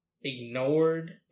ignored